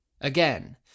Again